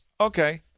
Okay